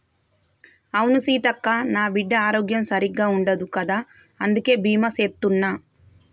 అవును సీతక్క, నా బిడ్డ ఆరోగ్యం సరిగ్గా ఉండదు కదా అందుకే బీమా సేత్తున్న